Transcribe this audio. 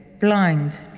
blind